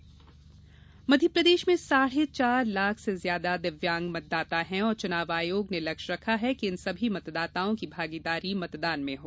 दिव्यांग मतदान कार्यशाला मध्यप्रदेश में साढ़े चार लाख से ज्यादा दिव्यांग मतदाता है और चुनाव आयोग ने लक्ष्य रखा है कि इन सभी मतदाताओं की भागीदारी मतदान में हो